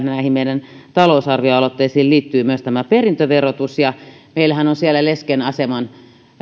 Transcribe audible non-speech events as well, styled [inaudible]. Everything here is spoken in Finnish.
[unintelligible] näihin meidän talousarvioaloitteisiin liittyy myös perintöverotus meillähän on siellä lesken aseman